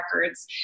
records